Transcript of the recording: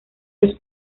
los